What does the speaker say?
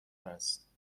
است